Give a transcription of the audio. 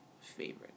favorite